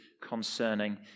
concerning